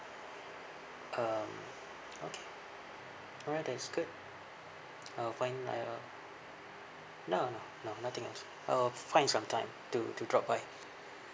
um okay alright that is good I'll find I uh no no no nothing else I'll find some time to to drop by